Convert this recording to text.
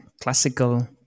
classical